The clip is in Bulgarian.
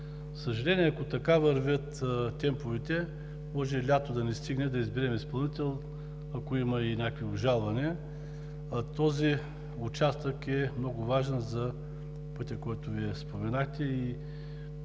съжаление, ако така вървят темповете, може и лятото да не стигнем да изберем изпълнител, ако има и някакви обжалвания. Този участък е много важен за пътя, който Вие споменахте,